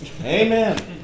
Amen